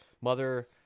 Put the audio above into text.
Mother